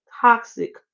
toxic